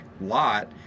lot